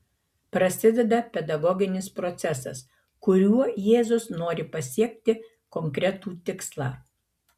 prasideda pedagoginis procesas kuriuo jėzus nori pasiekti konkretų tikslą